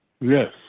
Yes